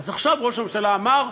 אז עכשיו ראש הממשלה אמר: